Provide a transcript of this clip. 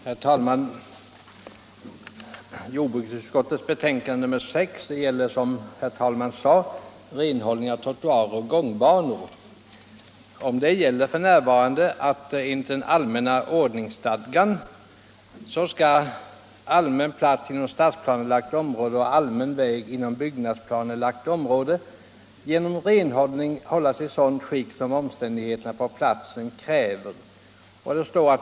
Herr talman! Jordbruksutskottets betänkande nr 6 gäller, som framgår av rubriken, renhållning av trottoarer och gångbanor. Enligt den allmänna ordningsstadgan skall allmän plats inom stadsplanelagt område och allmän väg inom byggnadsplanelagt område genom renhållning hållas i sådant skick som omständigheterna på platsen kräver.